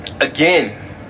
again